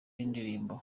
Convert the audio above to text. y’indirimbo